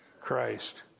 Christ